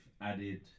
added